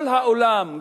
כל העולם,